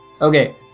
Okay